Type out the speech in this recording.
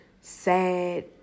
sad